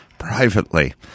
Privately